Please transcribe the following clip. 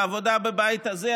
בעבודה בבית הזה,